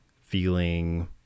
feeling